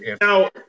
now